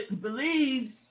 believes